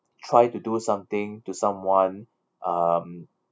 try to do something to someone um